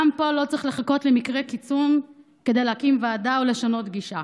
גם פה לא צריך לחכות למקרה קיצון כדי להקים ועדה או לשנות גישה,